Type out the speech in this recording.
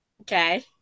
okay